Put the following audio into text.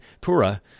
Pura